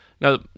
Now